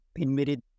admitted